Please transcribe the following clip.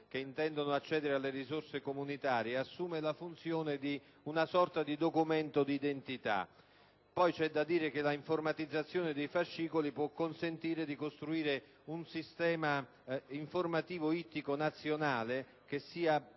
che intendono accedere alle risorse comunitarie, assume la funzione di una sorta di documento d'identità. C'è poi da dire che l'informatizzazione dei fascicoli può consentire di costruire un sistema informativo ittico nazionale, volto